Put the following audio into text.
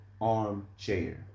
ARMCHAIR